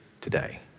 today